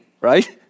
right